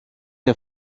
der